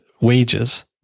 wages